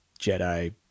Jedi